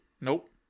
Nope